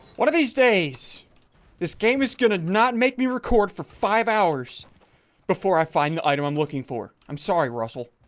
one of these days this game is gonna not make me record for five hours before i find the item i'm looking for i'm sorry russell.